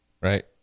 Right